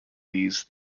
these